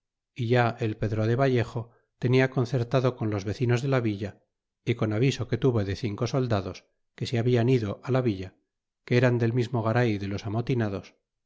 puerto ya el pedro de vallejo tenia concertado con los vecinos de la villa é con aviso que tuvo de cinco soldados que se hablan ido la villa que eran del mismo garay de los amotinados